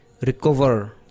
recover